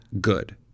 good